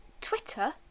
Twitter